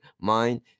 mind